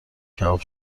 کباب